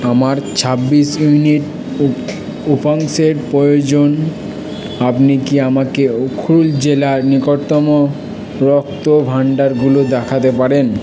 আমার ছাব্বিশ ইউনিট উপ উপাংশের প্রয়োজন আপনি কি আমাকে উখরুল জেলার নিকটতম রক্ত ভাণ্ডারগুলো দেখাতে পারেন